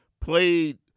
played